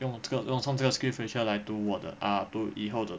用我这个用从这个 SkillsFuture 来读我的 ah 读以后的